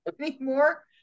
anymore